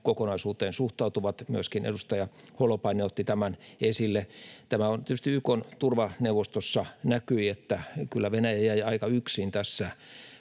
kokonaisuuteen suhtautuvat, ja myöskin edustaja Holopainen otti tämän esille: Tämä tietysti YK:n turvaneuvostossa näkyi, että kyllä Venäjä jäi aika yksin tässä